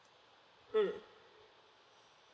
mm